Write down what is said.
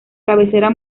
cabecera